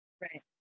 Right